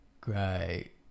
great